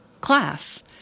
class